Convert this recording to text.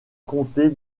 comté